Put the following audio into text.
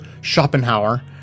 Schopenhauer